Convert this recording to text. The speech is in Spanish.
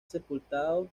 sepultados